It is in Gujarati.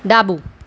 ડાબું